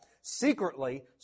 secretly